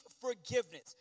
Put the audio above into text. forgiveness